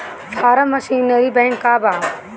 Form machinery bank का बा?